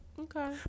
Okay